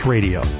Radio